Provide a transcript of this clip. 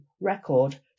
record